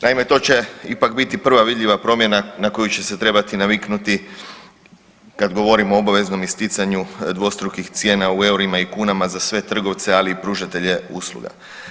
Naime, to će ipak biti prva vidljiva promjena na koju će se trebati naviknuti kad govorimo o obaveznom isticanju dvostrukih cijena u EUR-ima i kunama za sve trgovce ali i pružatelje usluga.